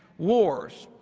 wars,